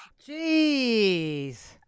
Jeez